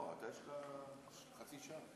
יש לך חצי שעה.